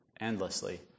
endlessly